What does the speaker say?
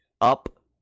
up